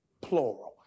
plural